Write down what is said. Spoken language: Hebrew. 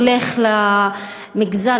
הולך למגזר,